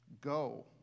go